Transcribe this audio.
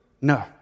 No